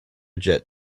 jet